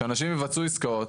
שאנשים יבצעו עסקאות,